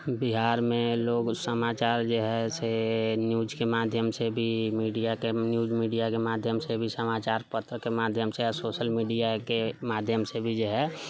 बिहारमे लोग समाचार जे हइ से न्यूजके माध्यमसँ भी मीडियाके न्यूज मीडियाके माध्यमसँ भी समाचार पत्रके माध्यमसँ आओर सोशल मीडियाके माध्यमसँ भी जेहै